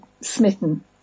smitten